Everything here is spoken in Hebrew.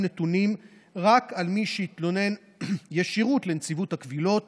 נתונים רק על מי שהתלונן ישירות לנציבות הקבילות